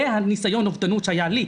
זה ניסיון האובדנות שהיה לי.